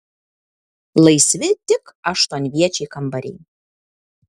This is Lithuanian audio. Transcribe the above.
laisvi tik aštuonviečiai kambariai